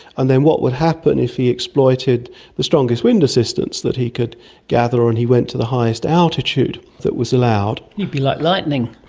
and then what would happen if he exploited the strongest wind assistance that he could gather and he went to the highest altitude that was allowed. he'd be like lightning.